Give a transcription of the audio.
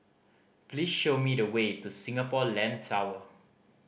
please show me the way to Singapore Land Tower